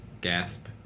gasp